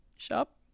shop